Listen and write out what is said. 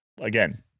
again